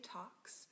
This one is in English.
Talks